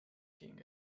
king